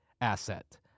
asset